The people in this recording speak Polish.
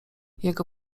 jego